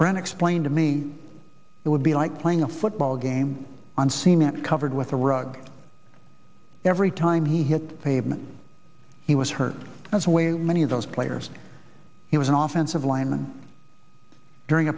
brown explained to me it would be like playing a football game on seem it covered with a rug every time he hit the pavement he was hurt that's the way many of those players he was an officer of linemen during